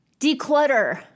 declutter